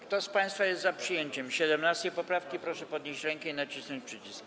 Kto z państwa jest za przyjęciem 17. poprawki, proszę podnieść rękę i nacisnąć przycisk.